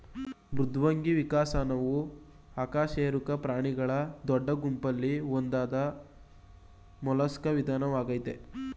ಮೃದ್ವಂಗಿ ವಿಕಸನವು ಅಕಶೇರುಕ ಪ್ರಾಣಿಗಳ ದೊಡ್ಡ ಗುಂಪಲ್ಲಿ ಒಂದಾದ ಮೊಲಸ್ಕಾ ವಿಧಾನವಾಗಯ್ತೆ